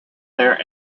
there